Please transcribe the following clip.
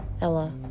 Ella